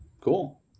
Cool